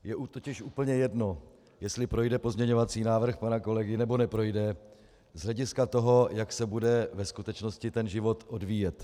Je totiž úplně jedno, jestli projde pozměňovací návrh pana kolegy, nebo neprojde, z hlediska toho, jak se bude ve skutečnosti ten život odvíjet.